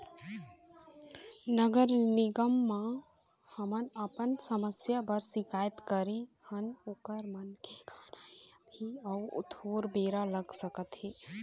नगर निगम म हमन अपन समस्या बर सिकायत करे हन ओखर मन के कहना हे अभी अउ थोर बेरा लग सकत हे